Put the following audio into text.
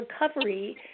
recovery